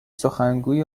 سخنگوی